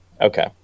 Okay